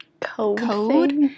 Code